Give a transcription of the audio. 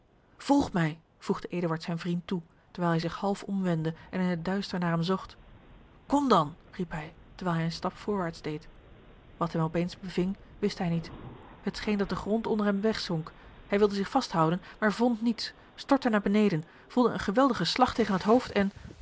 volg mij voegde eduard zijn vriend toe terwijl hij zich half omwendde en in het duister naar hem zocht kom dan riep hij terwijl hij een stap voorwaarts deed wat hem op eens beving wist hij niet het scheen dat de grond onder hem weg zonk hij wilde zich vasthouden maar vond niets stortte naar beneden voelde een geweldigen slag tegen het hoofd en